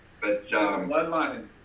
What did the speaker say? bloodline